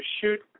shoot